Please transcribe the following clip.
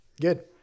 Good